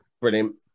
Brilliant